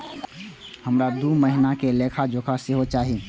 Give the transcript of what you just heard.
हमरा दूय महीना के लेखा जोखा सेहो चाही